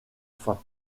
fin